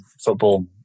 football